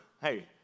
hey